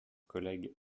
collègue